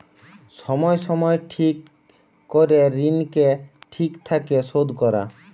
সময় সময় ঠিক করে ঋণকে ঠিক থাকে শোধ করা